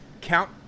Count